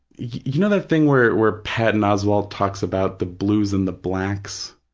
you know that thing where where patton oswalt talks about the blues and the blacks,